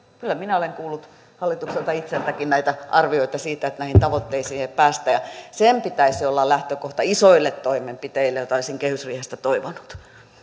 kyllä minä olen kuullut hallitukselta itseltäänkin näitä arvioita siitä että näihin tavoitteisiin ei päästä ja sen pitäisi olla lähtökohta isoille toimenpiteille joita olisin kehysriihestä toivonut